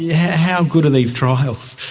yeah how good are these trials?